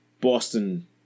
Boston